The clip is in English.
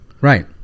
Right